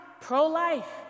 pro-life